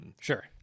Sure